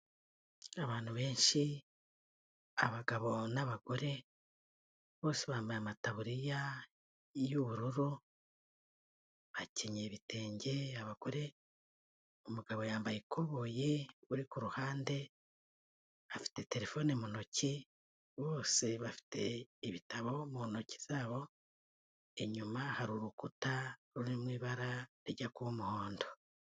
Abantu benshi, abagabo n'abagore, bose bambaye amataburiya y'ubururu, bakenyeye ibitenge abagore, umugabo yambaye ikoboyi uri ku ruhande, afite telefone mu ntoki, bose bafite ibitabo mu ntoki zabo, inyuma hari urukuta ruri mu ibara rijya kuba umuhondo.